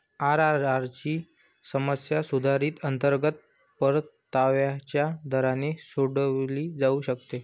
IRR ची समस्या सुधारित अंतर्गत परताव्याच्या दराने सोडवली जाऊ शकते